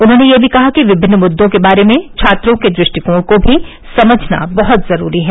उन्होंने यह भी कहा कि विभिन्न मुद्दों के बारे में छात्रों के दृष्टिकोण को भी समझना बहत जरूरी है